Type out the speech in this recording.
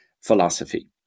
philosophy